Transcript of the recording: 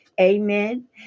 Amen